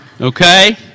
Okay